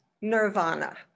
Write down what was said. Nirvana